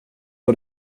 att